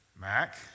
Mac